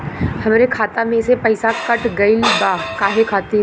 हमरे खाता में से पैसाकट गइल बा काहे खातिर?